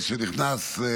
שנכנס.